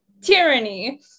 tyranny